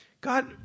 God